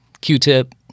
Q-Tip